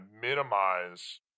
minimize